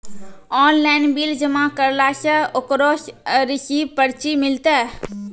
Online bill जमा करला से ओकरौ रिसीव पर्ची मिलतै?